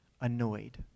annoyed